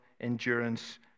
endurance